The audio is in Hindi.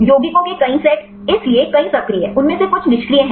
यौगिकों के कई सेट इसलिए कई सक्रिय उनमें से कुछ निष्क्रिय हैं